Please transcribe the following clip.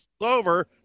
over